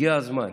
הגיע הזמן.